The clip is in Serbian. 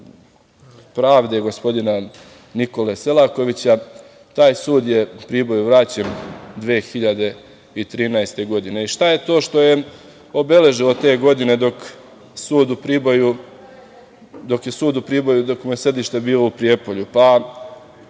pravde gospodina Nikole Selakovića, taj sud je Priboju vraćen 2013. godine. Šta je to što je obeležilo te godine dok je sudu u Priboju sedište bilo u Prijepolju?